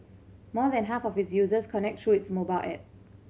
more than half of its users connect through its mobile app